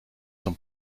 son